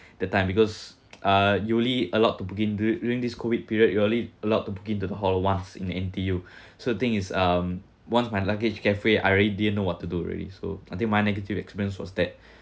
the time because uh you only allowed to book in duri~ during this COVID period you're only allowed to book into the hall once in N_T_U so the thing is um once my luggage getaway I really didn't know what to do already so I think my negative experience was that